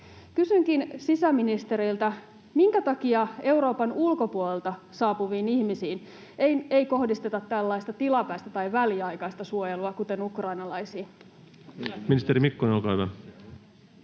Kysynkin sisäministeriltä: minkä takia Euroopan ulkopuolelta saapuviin ihmisiin ei kohdisteta tällaista tilapäistä tai väliaikaista suojelua kuten ukrainalaisiin? Ministeri Mikkonen, olkaa hyvä.